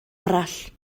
arall